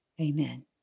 Amen